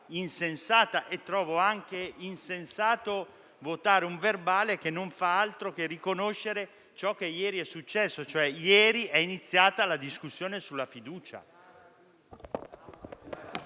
insensata e trovo anche insensato votare un verbale che non fa altro che riconoscere ciò che ieri è successo, cioè che ieri è iniziata la discussione sulla fiducia.